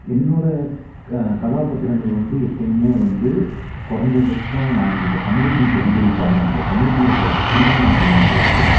என்னோடய கதாபாத்திரங்கள் வந்து எப்பயுமே வந்து குறஞ்சபட்சோம் நான் இங்கே இந்த சமூகத்தின் பிரதிபலிப்பாக தான் எனக்கு சமூகத்தில் இருக்கிறத அப்படியே நான் எழுத முடியாது